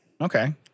okay